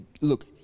look